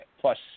plus